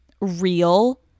real